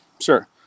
Sure